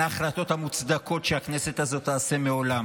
ההחלטות המוצדקות שהכנסת הזאת תעשה מעולם.